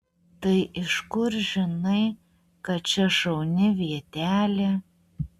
tai iš kur žinai kad čia šauni vietelė